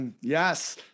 yes